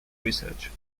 research